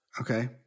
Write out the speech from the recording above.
Okay